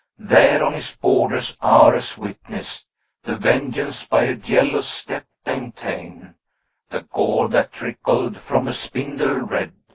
there on his borders ares witnessed the vengeance by a jealous step-dame ta'en the gore that trickled from a spindle red,